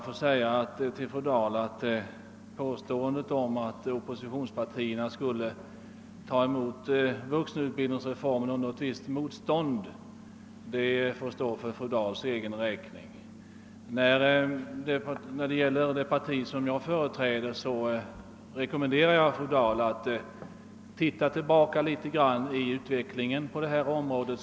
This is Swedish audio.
Fru Dahls påstående att oppositionspartierna skulle ta emot vuxenutbildningsreformen under ett visst motstånd får stå för hennes egen räkning. När det gäller det parti som jag företräder rekommenderar jag fru Dahl att titta tillbaka litet grand på utvecklingen på det här området.